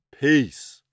Peace